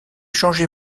changée